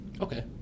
Okay